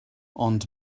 ond